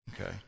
okay